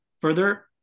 Further